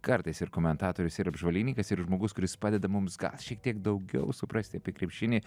kartais ir komentatorius ir apžvalgininkas ir žmogus kuris padeda mums gal šiek tiek daugiau suprasti apie krepšinį